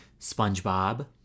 SpongeBob